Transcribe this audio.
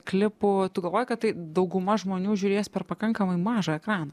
klipų tu galvoji kad dauguma žmonių žiūrės per pakankamai mažą ekraną